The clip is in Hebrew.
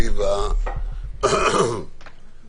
שבוע טוב לכולם.